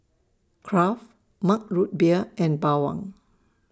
Kraft Mug Root Beer and Bawang